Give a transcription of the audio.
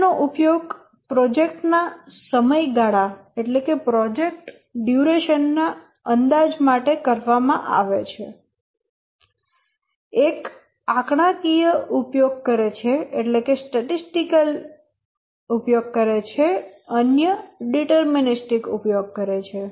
બંનેનો ઉપયોગ પ્રોજેક્ટ્સ ના સમયગાળા ના અંદાજ માટે કરવામાં આવે છે એક આંકડાકીય ઉપયોગ કરે છે અને અન્ય ડિટરમીનીસ્ટિક ઉપયોગ કરે છે